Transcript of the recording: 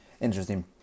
Interesting